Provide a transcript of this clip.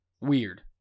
Weird